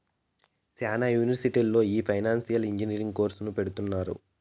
శ్యానా యూనివర్సిటీల్లో ఈ ఫైనాన్సియల్ ఇంజనీరింగ్ కోర్సును పెడుతున్నారు